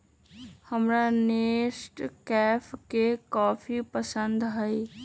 हमरा नेस्कैफे के कॉफी पसंद हई